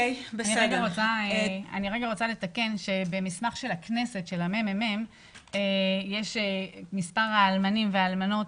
אני רוצה לתקן שבמסמך של הממ"מ מספר האלמנים והאלמנות